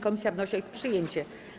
Komisja wnosi o ich przyjęcie.